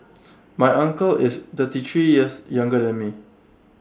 my uncle is thirty three years younger than me